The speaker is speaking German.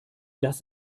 das